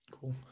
Cool